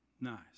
nice